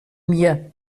mir